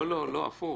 לא, לא, הפוך.